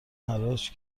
حراج